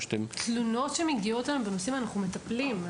כשמגיעות אלינו תלונות בנושא הזה אנחנו מטפלים.